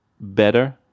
better